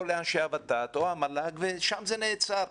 לות"ת או למל"ג ושם זה נעצר.